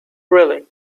really